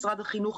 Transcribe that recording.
משרד החינוך,